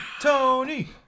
Tony